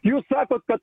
jūs sakot kad patikliai